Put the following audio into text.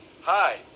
Hi